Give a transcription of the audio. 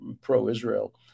pro-israel